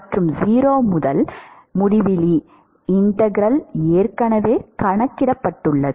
மற்றும் 0 முதல் infinity integral ஏற்கனவே கணக்கிடப்பட்டுள்ளது